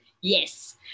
Yes